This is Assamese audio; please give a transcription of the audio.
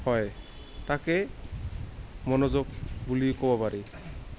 হয় তাকেই মনোযোগ বুলি ক'ব পাৰি